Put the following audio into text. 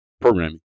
programming